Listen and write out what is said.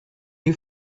you